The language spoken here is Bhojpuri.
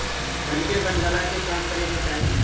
धन के बनवला के काम करे के चाही